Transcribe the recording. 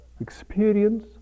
experience